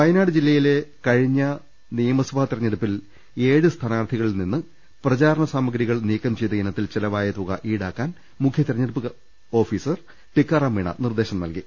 വയനാട് ജില്ലയിലെ കഴിഞ്ഞ നിയമസഭാ തെരഞ്ഞെടുപ്പിൽ ഏഴ് സ്ഥാനാർത്ഥികളിൽ നിന്ന് പ്രചാരണ സാമഗ്രികൾ നീക്കം ചെയ്ത ഇനത്തിൽ ചെലവായ തുക ഈടാക്കാൻ മുഖ്യ തെരഞ്ഞെടുപ്പ് ഓഫീ സർ ടീക്കാറാം മീണ നിർദേശം നൽകി